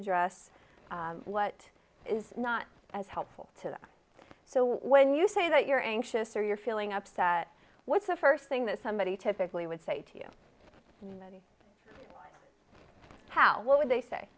address what is not as helpful to them so when you say that you're anxious or you're feeling upset what's the first thing that somebody typically would say to you and many how what would they say